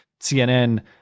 CNN